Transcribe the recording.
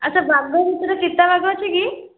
ଆଚ୍ଛା ବାଘ ଭିତରେ ଚିତା ବାଘ ଅଛି କି